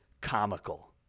comical